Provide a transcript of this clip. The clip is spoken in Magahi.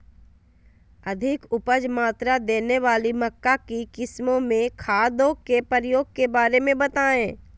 अधिक उपज मात्रा देने वाली मक्का की किस्मों में खादों के प्रयोग के बारे में बताएं?